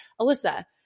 alyssa